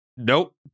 Nope